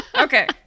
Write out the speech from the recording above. Okay